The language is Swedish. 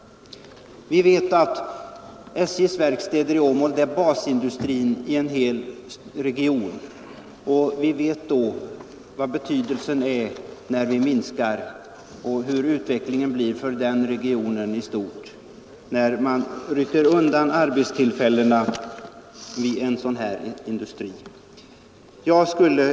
SJ:s verkstad i Åmål är basindustrin i en hel region, och vi vet hur utvecklingen blir för regionen i stort när man rycker undan arbetstillfällena vid en sådan industri. Herr talman!